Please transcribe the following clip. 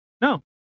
no